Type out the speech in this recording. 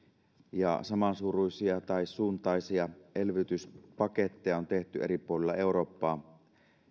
ja samansuuruisia tai suuntaisia elvytyspaketteja on tehty eri puolilla eurooppaa esimerkiksi